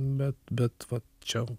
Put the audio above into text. bet bet va čia